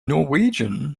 norwegian